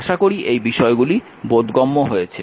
আশা করি এই বিষয়গুলি বোধগম্য হয়েছে